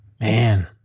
Man